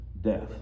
death